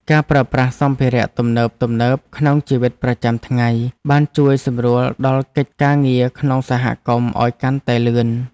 ការប្រើប្រាស់សម្ភារៈទំនើបៗក្នុងជីវិតប្រចាំថ្ងៃបានជួយសម្រួលដល់កិច្ចការងារក្នុងសហគមន៍ឱ្យកាន់តែលឿន។